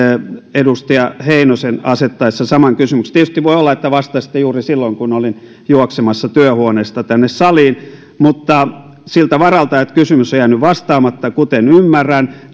edustaja heinosen asettaessa saman kysymyksen tietysti voi olla että vastasitte juuri silloin kun olin juoksemassa työhuoneesta tänne saliin mutta siltä varalta että kysymys on jäänyt vastaamatta kuten ymmärrän